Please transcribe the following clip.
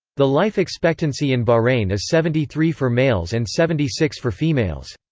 the life expectancy in bahrain is seventy three for males and seventy six for females.